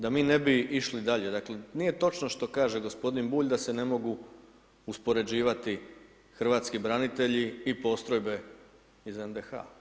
Da mi ne bi išli dalje, dakle, nije točno što kaže gospodin Bulj, da se ne mogu uspoređivati hrvatski branitelji i postrojbe iz NDH.